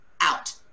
out